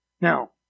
Now